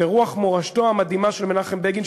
ברוח מורשתו המדהימה של מנחם בגין,